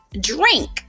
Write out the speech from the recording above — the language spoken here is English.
drink